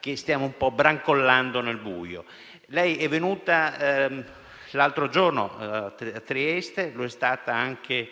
che stiamo un po' brancolando nel buio. Lei è venuta l'altro giorno a Trieste, come anche